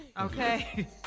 Okay